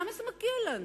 למה זה מגיע לנו?